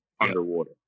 underwater